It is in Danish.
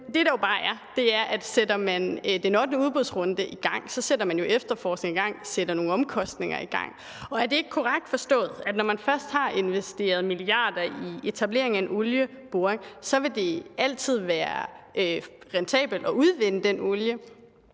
det, der jo bare er i det, er, at sætter man den ottende udbudsrunde i gang, sætter man jo efterforskning i gang, sætter nogle omkostninger i gang. Er det ikke korrekt forstået, at når man først har investeret milliarder i etableringen af en olieboring, vil det altid være rentabelt at udvinde den olie?